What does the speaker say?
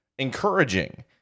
encouraging